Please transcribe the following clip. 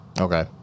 Okay